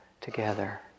together